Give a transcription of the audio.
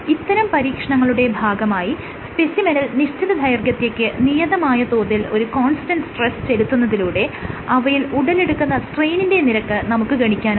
ഇത്തരം പരീക്ഷണങ്ങളുടെ ഭാഗമായി സ്പെസിമെനിൽ നിശ്ചിത ദൈർഘ്യത്തേക്ക് നിയതമായ തോതിൽ ഒരു കോൺസ്റ്റന്റ് സ്ട്രെസ് ചെലുത്തുന്നതിലൂടെ അവയിൽ ഉടലെടുക്കുന്ന സ്ട്രെയ്നിന്റെ നിരക്ക് നമുക്ക് ഗണിക്കാനാകും